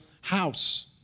house